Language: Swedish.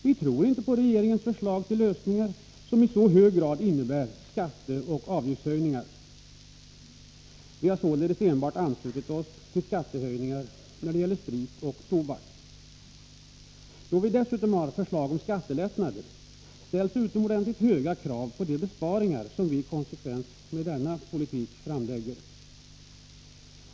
Vi tror inte på regeringens förslag till lösningar, som i så hög grad innebär skatteoch avgiftshöjningar. Vi har således anslutit oss till skattehöjningar enbart när det gäller sprit och tobak. Då vi dessutom har förslag om skattelättnader, ställs det utomordentligt höga krav på de besparingar som vi i konsekvens med denna politik framlägger.